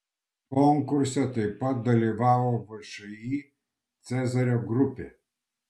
konkurse taip pat dalyvavo všį cezario grupė